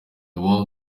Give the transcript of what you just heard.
world